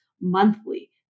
monthly